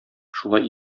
шулай